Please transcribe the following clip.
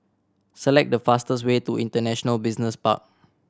select the fastest way to International Business Park